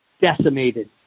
decimated